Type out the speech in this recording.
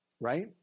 right